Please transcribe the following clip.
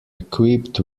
equipped